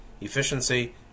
Efficiency